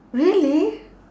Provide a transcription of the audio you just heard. really